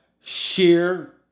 share